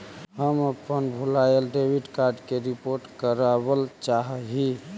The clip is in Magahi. हम अपन भूलायल डेबिट कार्ड के रिपोर्ट करावल चाह ही